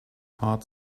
heart